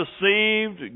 deceived